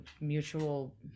mutual